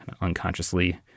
unconsciously